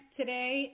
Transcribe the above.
today